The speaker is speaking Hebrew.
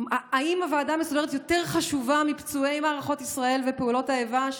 האם הוועדה המסדרת יותר חשובה מפצועי מערכות ישראל ופעולות האיבה,